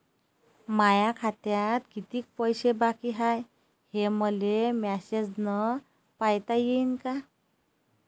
माया खात्यात कितीक पैसे बाकी हाय, हे मले मॅसेजन पायता येईन का?